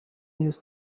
news